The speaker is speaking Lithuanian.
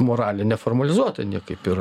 moralė neformalizuota niekaip ir